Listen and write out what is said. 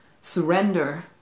Surrender